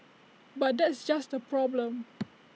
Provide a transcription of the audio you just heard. but that's just the problem